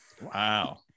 wow